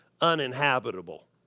uninhabitable